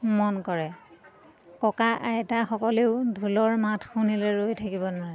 মন কৰে ককা আইতাসকলেও ঢোলৰ মাত শুনিলে ৰৈ থাকিব নোৱাৰে